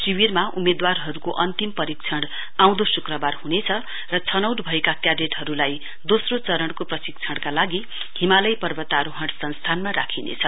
शिविरमा उम्मेदवारहरुको अन्तिम परीक्षण आँउदो शुक्रवार हनेछ र छनौवट भएका क्याडेडहरुलाई दोस्रो चरणको प्रशिक्षणका लागि हिमालय पर्वराहोरण संस्थानमा राखिनेछ